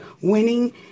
winning